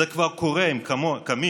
זה כבר קורה, הם קמים.